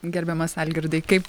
gerbiamas algirdai kaip